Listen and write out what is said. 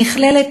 נכללת,